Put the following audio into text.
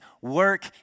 Work